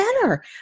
better